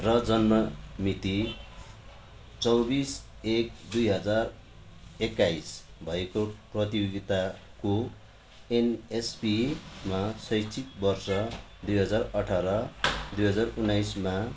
र जन्ममिति चौबिस एक दुई हजार एक्काइस भएको प्रतियोगिताको एनएसपीमा शैक्षिक वर्ष दुई हजार अठार दुई हजार उन्नाइसमा